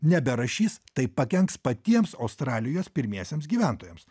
neberašys tai pakenks patiems australijos pirmiesiems gyventojams